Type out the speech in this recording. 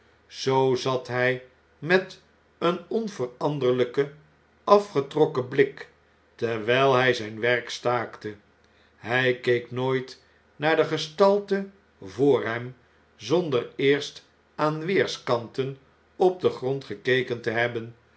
zoo zat hn met een onveranderlnken afgetrokken blik terwn'l hij zfln werk staakte hn keek nooit naar de gestalte voor hem zonder eerst aan weerskanten op den grond gekeken te hebben